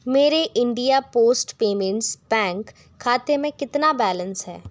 मेरे India post payments bank खाते में कितना बैलेंस है